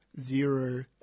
zero